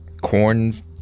corn